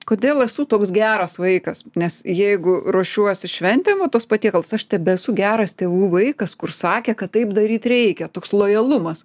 kodėl esu toks geras vaikas nes jeigu ruošiuosi šventėm va tuos patiekalus aš tebesu geras tėvų vaikas kur sakė kad taip daryt reikia toks lojalumas